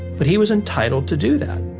but he was entitled to do that.